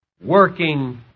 working